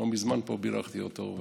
שלא מזמן בירכתי אותו פה,